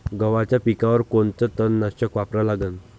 गव्हाच्या पिकावर कोनचं तननाशक वापरा लागन?